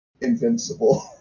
invincible